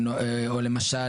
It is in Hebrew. או למשל,